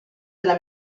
della